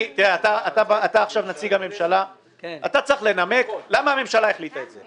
אתה עכשיו נציג הממשלה ואתה צריך לנמק למה הממשלה החליטה את זה.